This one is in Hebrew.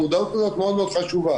המודעות הזאת מאוד מאוד חשובה.